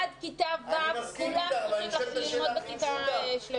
עד כיתה ו' כולם צריכים ללמוד בכיתה שלמה.